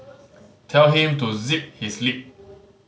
tell him to zip his lip